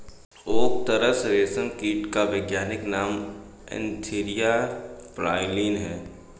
okay तसर रेशम कीट का वैज्ञानिक नाम एन्थीरिया प्राइलीन है